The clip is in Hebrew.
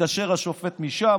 מתקשר השופט משם,